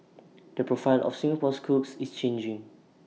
the profile of Singapore's cooks is changing